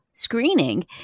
screening